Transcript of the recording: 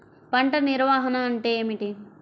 పంట నిర్వాహణ అంటే ఏమిటి?